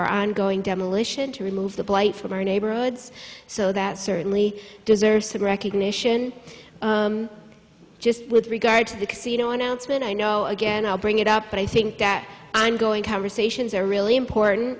our ongoing demolition to remove the blight from our neighborhoods so that certainly deserves some recognition just with regard to the casino announcement i know again i'll bring it up but i think that i'm going conversations are really important